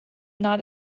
not